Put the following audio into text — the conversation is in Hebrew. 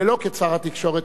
ולא כשר התקשורת,